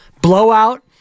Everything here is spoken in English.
Blowout